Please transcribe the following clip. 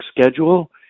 schedule